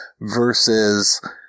versus